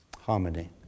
harmony